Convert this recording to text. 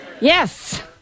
Yes